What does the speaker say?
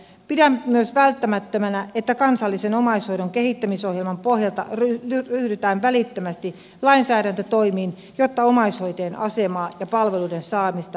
pidän myös välttämättömänä että kansallisen omaishoidon kehittämisohjelman pohjalta ryhdytään välittömästi lainsäädäntötoimiin jotta omaishoitajien asemaa ja palveluiden saamista voidaan parantaa